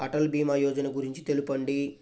అటల్ భీమా యోజన గురించి తెలుపండి?